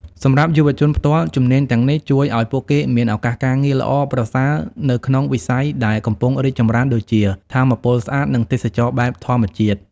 សម្រាប់យុវជនផ្ទាល់ ជំនាញទាំងនេះជួយឱ្យពួកគេមានឱកាសការងារល្អប្រសើរនៅក្នុងវិស័យដែលកំពុងរីកចម្រើនដូចជា ថាមពលស្អាត និងទេសចរណ៍បែបធម្មជាតិ។